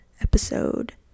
episode